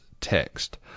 text